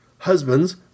Husbands